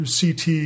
CT